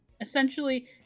Essentially